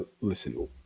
listen